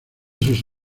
sus